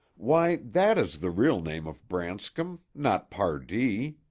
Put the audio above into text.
why, that is the real name of branscom not pardee.